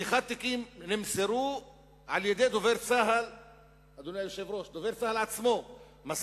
פתיחת תיקים נמסרו על-ידי דובר צה"ל עצמו, על